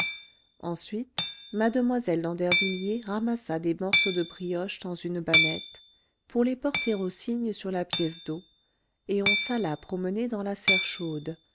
ensuite mademoiselle d'andervilliers ramassa des morceaux de brioche dans une bannette pour les porter aux cygnes sur la pièce d'eau et on s'alla promener dans la serre chaude